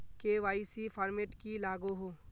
KYC format की लागोहो?